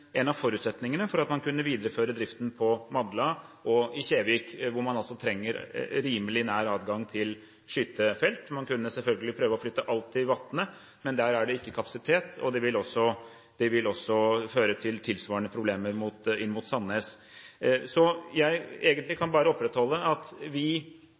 av forutsetningene for at man kunne videreføre driften på Madla og på Kjevik, hvor man altså trenger rimelig nær adgang til skytefelt. Man kunne selvfølgelig prøve å flytte alt til Vatne, men der er det ikke kapasitet, og det ville også føre til tilsvarende problemer for Sandnes. Jeg kan egentlig bare opprettholde at vi ikke anser at vi